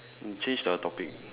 mm change the topic